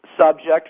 subject